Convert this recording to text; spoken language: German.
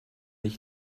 ich